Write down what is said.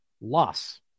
Loss